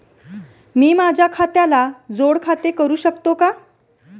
मी माझ्या खात्याला जोड खाते करू शकतो का?